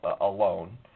alone